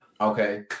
Okay